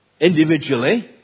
individually